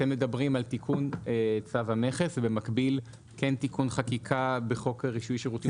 אתם מדברים על תיקון צו המכס ובמקביל תיקון חקיקה בחוק רישוי שירותים?